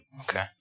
Okay